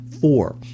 Four